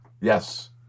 Yes